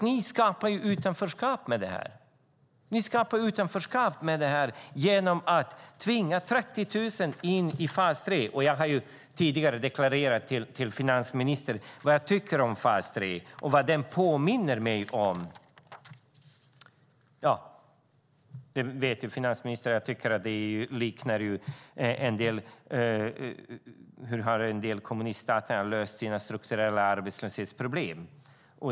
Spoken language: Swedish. Ni skapar utanförskap med det genom att tvinga 30 000 människor in i fas 3. Jag har tidigare deklarerat vad jag tycker om fas 3 och vad den påminner mig om. Finansministern vet att jag tycker att det liknar systemet för hur en del kommuniststater har löst sina strukturella arbetslöshetsproblem.